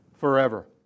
Forever